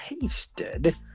tasted